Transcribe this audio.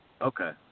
Okay